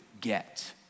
get